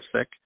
sick